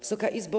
Wysoka Izbo!